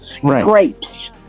Grapes